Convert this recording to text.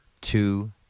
Two